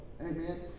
Amen